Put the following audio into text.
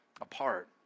apart